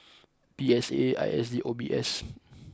P S A I S D and O B S